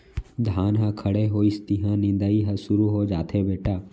धान ह खड़े होइस तिहॉं निंदई ह सुरू हो जाथे बेटा